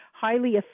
highly